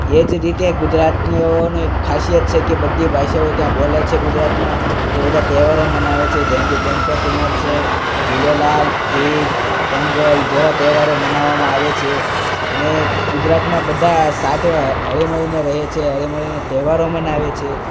એ જ રીતે ગુજરાતીઓની ખાસિયત છે કે બધી ભાષાઓ ત્યાં બોલે છે ગુજરાતમાં તે બધા તહેવારો મનાવે છે જેમ કે ગણપતિ મહોત્સવ જુલેલાલ ઈદ પંગલ જેવા તહેવારો મનાવવામાં આવે છે અને ગુજરાતમાં બધા સાથે હળીમળીને રહે છે હળીમળીને તહેવારો મનાવે છે